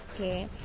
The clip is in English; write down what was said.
Okay